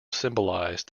symbolize